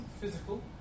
physical